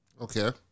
Okay